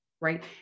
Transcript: right